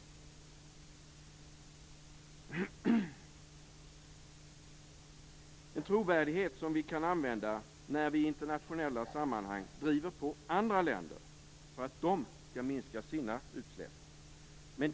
Den trovärdigheten kan vi använda när vi i internationella sammanhang driver på andra länder för att de skall minska sina utsläpp.